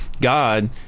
God